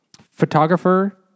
photographer